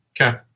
Okay